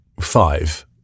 five